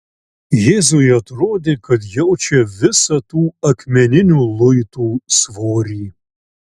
jėzui atrodė kad jaučia visą tų akmeninių luitų svorį